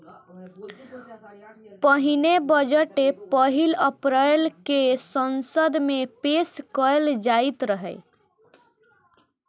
पहिने बजट पहिल अप्रैल कें संसद मे पेश कैल जाइत रहै